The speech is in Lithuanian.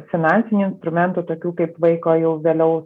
finansinių instrumentų tokių kaip vaiko jau vėliau